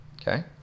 okay